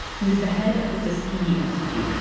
he was the head of the tuskegee institute,